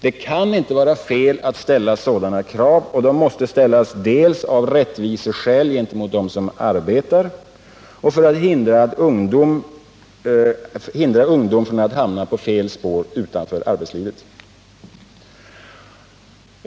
Det kan inte vara fel att ställa sådana krav. De måste ställas dels av rättviseskäl gentemot dem som arbetar, dels för att hindra ungdom från att hamna på fel spår utanför arbetslivet.